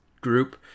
group